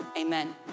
amen